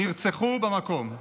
נרצחו במקום.